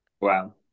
wow